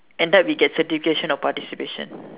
end up we get certification of participation